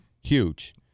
huge